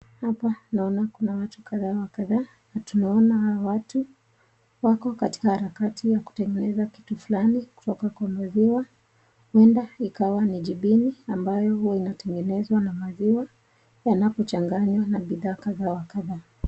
Huku naona kuna watu kadha wa kadha. Na tunaona hawa watu wako katika harakati ya kutengeneza kitu fulani kutoka kwa maziwa. Huenda ikawa ni jibini ambayo huwa inatengenezwa na maziwa wanapochanganya na bidhaa kadha wa kadha.